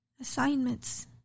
assignments